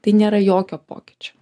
tai nėra jokio pokyčio